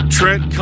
Trent